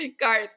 Garth